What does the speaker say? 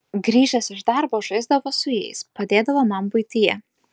grįžęs iš darbo žaisdavo su jais padėdavo man buityje